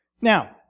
Now